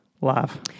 Live